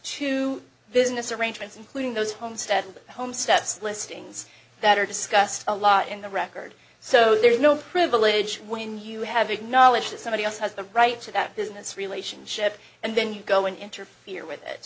to business arrangements including those homestead and the home steps listings that are discussed a lot in the record so there is no privilege when you have acknowledged that somebody else has the right to that business relationship and then you go in interfere with it